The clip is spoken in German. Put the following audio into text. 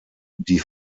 die